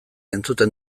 entzuten